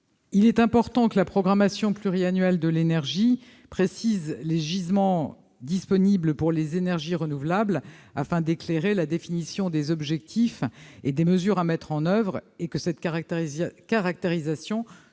Il est important que la programmation pluriannuelle de l'énergie précise les gisements disponibles pour les énergies renouvelables, afin de clarifier la définition des objectifs et des mesures à mettre en oeuvre, et que cette caractérisation soit